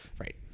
Right